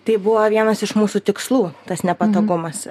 tai buvo vienas iš mūsų tikslų tas nepatogumas